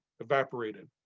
Evaporated